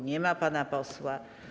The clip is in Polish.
Nie ma pana posła.